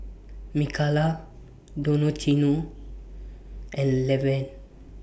Mikala Donaciano and Levern